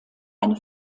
eine